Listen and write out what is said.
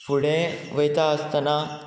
फुडें वयता आसतना